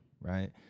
right